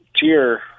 tier